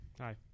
Hi